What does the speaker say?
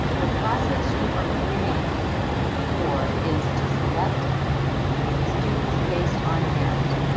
the process you are reading for is to select students based on merit.